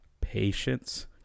patience